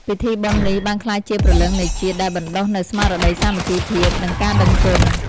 ពិធីបុណ្យនេះបានក្លាយជាព្រលឹងនៃជាតិ ដែលបណ្ដុះនូវស្មារតីសាមគ្គីភាព និងការដឹងគុណ។